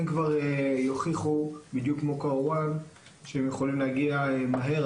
הם כבר יוכיחו בדיוק כמו כרואן שהם יכולים להגיע מהר,